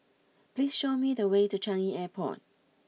please show me the way to Changi Airport